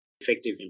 effective